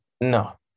no